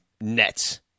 nets